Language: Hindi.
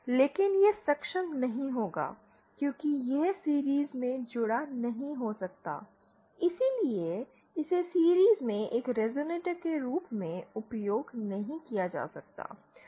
लेकिन यह सक्षम नहीं होगा क्योंकि यह सीरिज़ में जुड़ा नहीं हो सकता है इसलिए इसे सीरिज़ में एक रेज़ोनेटर के रूप में उपयोग नहीं किया जा सकता है